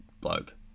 bloke